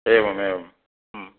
एवमेवम्